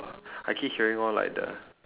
I keep hearing all like the